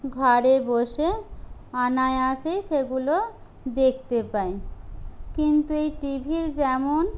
ঘরে বসে অনায়াসেই সেগুলো দেখতে পাই কিন্তু এই টি ভির যেমন